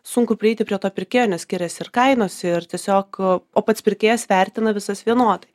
sunku prieiti prie to pirkėjo nes skiriasi ir kainos ir tiesiog o pats pirkėjas vertina visas vienodai